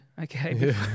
okay